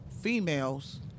females